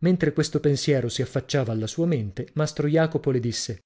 mentre questo pensiero si affacciava alla sua mente mastro jacopo le disse